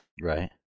Right